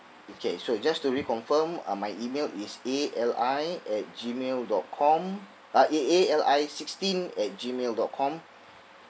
okay so you just to reconfirm uh my email is A L I at gmail dot com uh A~ A L I sixteen at gmail dot com